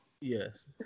Yes